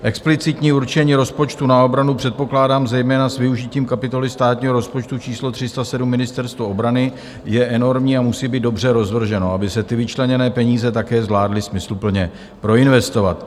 Explicitní určení rozpočtu na obranu, předpokládám zejména s využitím kapitoly státního rozpočtu číslo 307, Ministerstvo obrany, je enormní a musí být dobře rozvrženo, aby se ty vyčleněné peníze také zvládly smysluplně proinvestovat.